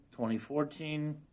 2014